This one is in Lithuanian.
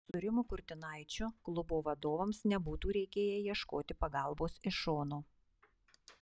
su rimu kurtinaičiu klubo vadovams nebūtų reikėję ieškoti pagalbos iš šono